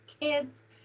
kids